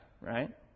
right